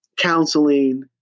Counseling